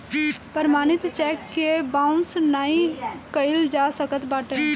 प्रमाणित चेक के बाउंस नाइ कइल जा सकत बाटे